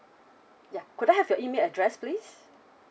ya could I have your email address please